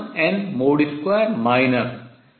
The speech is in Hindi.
2 0